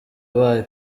abaye